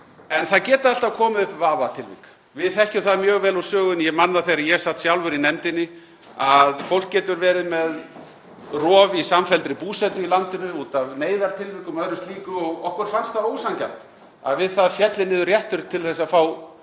En það geta alltaf komið upp vafatilvik. Við þekkjum það mjög vel úr sögunni. Ég man það, þegar ég sat sjálfur í nefndinni, að fólk getur verið með rof í samfelldri búsetu í landinu út af neyðartilvikum og öðru slíku og okkur fannst það ósanngjarnt að við það félli niður réttur til að fá